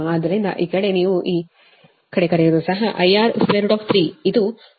ಆದ್ದರಿಂದ ಈ ಕಡೆ ನೀವು ಈ ಕಡೆ ಕರೆಯುವದನ್ನು ಸಹ ಇದು IR 3 ಇದು 100 MVA ಎಂದು ನೀಡಲಾಗಿದೆ